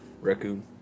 Raccoon